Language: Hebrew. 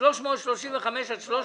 הפנייה מפורטת להלן ואם